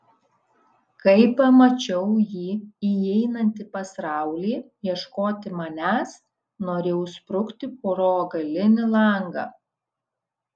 kai pamačiau jį įeinantį pas raulį ieškoti manęs norėjau sprukti pro galinį langą